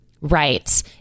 Right